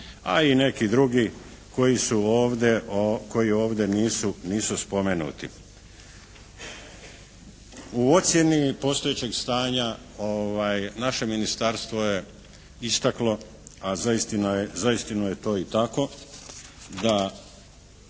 a i neki drugi koji ovdje nisu spomenuti. U ocjeni postojećeg stanja naše ministarstvo je istaklo, a za istinu je to i tako da